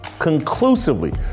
conclusively